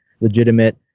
legitimate